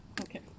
Okay